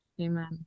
Amen